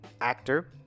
actor